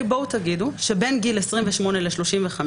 בואו תגידו שבין גיל 28 לגיל 35,